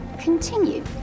continue